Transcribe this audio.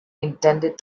intended